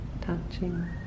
touching